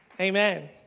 Amen